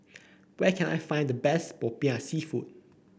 where can I find the best popiah seafood